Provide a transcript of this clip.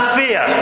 fear